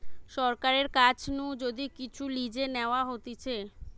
সরকারের কাছ নু যদি কিচু লিজে নেওয়া হতিছে